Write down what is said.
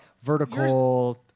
vertical